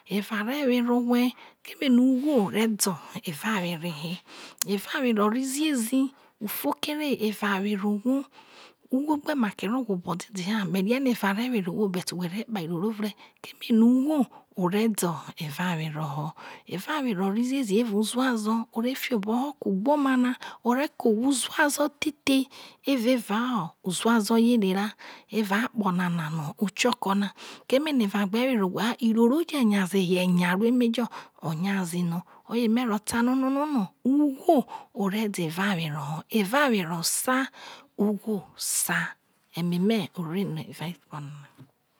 Evarewere owhe keme no ugho or re de evawere he evawere ro zizi keme ugho o re de eva were he ugho gbe make ro owhe obodede ha u fo re ugo evawere kemena ugho de evawere ho evawere ro zizi evougboma na o re ke ohwo uzazo thethe eva akpo nana no u koko na keme evao gbe ize were owhe ha irorom he nya ze yo rnya o nya ze no ko ugho o re de evawere ho evawere sa ugho sa eme me urono